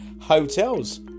hotels